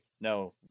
no